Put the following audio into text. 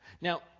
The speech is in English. Now